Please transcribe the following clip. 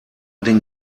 den